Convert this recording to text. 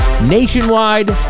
nationwide